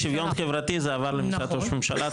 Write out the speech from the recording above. משוויון חברתי זה עבר למשרד ראש הממשלה,